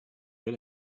get